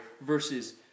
versus